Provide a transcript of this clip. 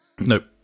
Nope